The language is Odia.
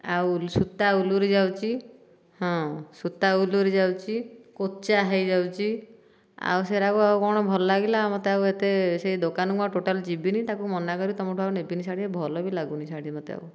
ଆଉ ସୂତା ଉଲୁରୀ ଯାଉଛି ହଁ ସୂତା ଉଲୁରୀ ଯାଉଛି କୋଚା ହୋଇଯାଉଛି ଆଉ ସେରାକ ଆଉ କଣ ଭଲ ଲାଗିଲା ମୋତେ ଆଉ ଏତେ ସେ ଦୋକାନକୁ ଆଉ ଟୋଟାଲ ଯିବିନି ତାକୁ ମନା କରିବି ତୁମଠୁ ଆଉ ନେବିନି ଶାଢ଼ୀ ଭଲବି ଲାଗୁନି ଶାଢ଼ୀ ମୋତେ ଆଉ